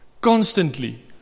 constantly